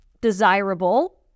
desirable